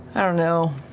i don't know.